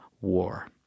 war